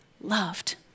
loved